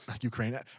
Ukraine